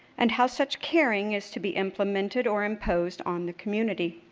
and how such caring is to be implemented or imposed on the community.